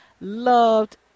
loved